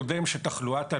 אבל אתה אומר שההמלצה של איגוד